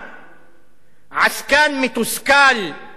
עסקן מתוסכל במשך